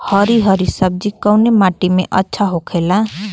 हरी हरी सब्जी कवने माटी में अच्छा होखेला?